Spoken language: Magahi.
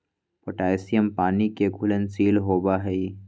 पोटैशियम पानी के घुलनशील होबा हई